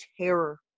terror